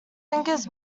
angers